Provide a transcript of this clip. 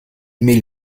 mehl